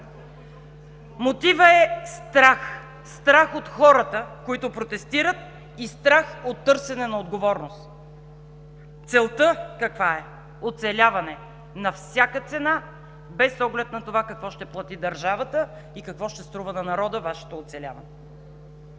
Мотивът е страх, страх от хората, които протестират, и страх от търсене на отговорност. Каква е целта? Оцеляване на всяка цена, без оглед на това какво ще плати държавата и какво ще струва на народа Вашето оцеляване.